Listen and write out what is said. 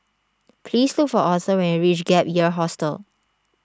please look for Aurthur when you reach Gap Year Hostel